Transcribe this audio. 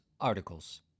Articles